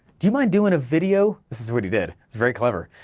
do you mind doing a video, this is what he did, it's very clever,